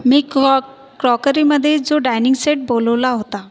मी कोक क्रॉकरीमध्ये जो डायनिंग सेट बोलवला होता